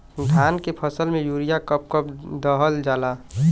धान के फसल में यूरिया कब कब दहल जाला?